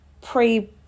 pre